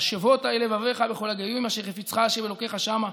והשֵׁבות אל לבבך בכל הגויִם אשר הדיחך ה' אלוקיך שמה.